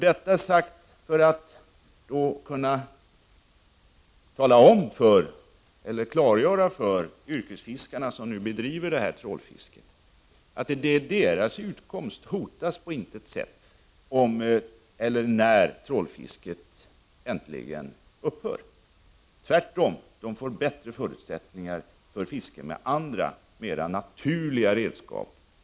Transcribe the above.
Detta är sagt för att klargöra för yrkesfiskarna, som bedriver trålfisket, att deras utkomst på intet sätt hotas när trålfisket äntligen upphör. Tvärtom, de får bättre förutsättningar för fiske med andra, för en insjö mer naturliga redskap.